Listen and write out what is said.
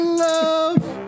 love